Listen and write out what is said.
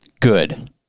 Good